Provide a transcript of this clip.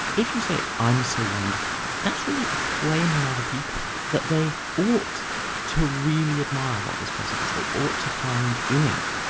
if you say i'm so wonderful, that's really a claim on other people, that they ought to really admire what this person does they ought to find in it,